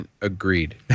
agreed